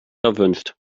erwünscht